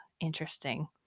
interesting